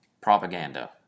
propaganda